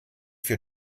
für